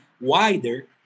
wider